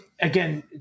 again